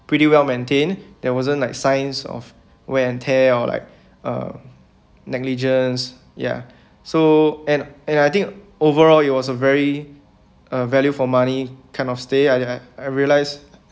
pretty well maintained there wasn't like signs of wear and tear or like uh negligence ya so and and I think overall it was a very uh value for money kind of stay I I I realise